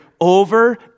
over